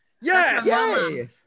Yes